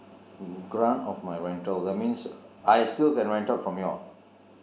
grant of my rental that means I still can rent out from you all